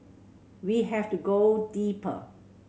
we have to go deeper